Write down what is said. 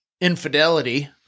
infidelity